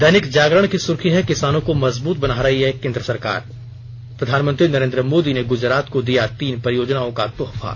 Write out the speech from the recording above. दैनिक जागरण की सुर्खी है किसानों को मजबूत बना रही है केन्द्र सरकार प्रधानमंत्री नरेन्द्र मोदी ने गुजरात को दिया तीन परियोजनाओं का तोहफा